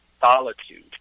solitude